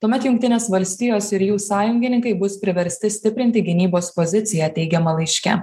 tuomet jungtinės valstijos ir jų sąjungininkai bus priversti stiprinti gynybos poziciją teigiama laiške